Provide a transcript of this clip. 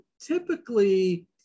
typically